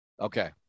Okay